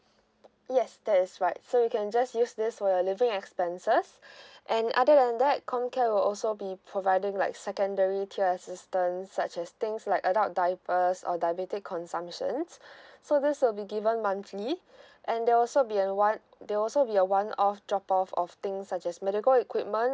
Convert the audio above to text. yes that is right so you can just use this for your living expenses and other than that comcare will also be providing like secondary tier assistance such as things like adult diapers or diabetic consumptions so this will be given monthly and there'll also be a one there'll also be a one off drop off of things such as medical equipment